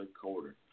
quarter